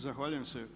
Zahvaljujem se.